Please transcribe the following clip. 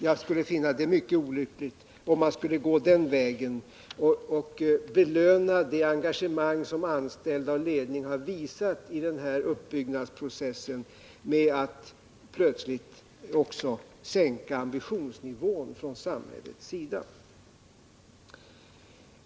Jag skulle finna det mycket olyckligt, om vi skulle gå den vägen och ”belöna” det engagemang som anställda och ledning har visat i denna uppbyggnadsprocess med att plötsligt från samhällets sida sänka ambitionsnivån.